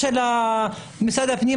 של משרד הפנים,